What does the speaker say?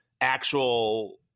actual